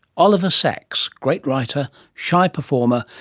oliver sacks great writer, shy performer,